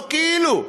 לא כאילו,